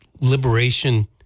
Liberation